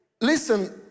listen